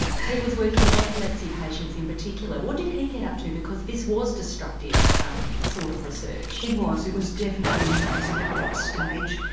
he was working with epilepsy patients in particular what did he get up to because this was destructive um sort of research? it was, it was definitely invasive at that stage,